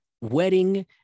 wedding